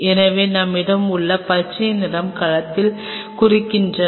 எனவே நம்மிடம் உள்ள பச்சை நிறம் கலத்தை குறிக்கிறது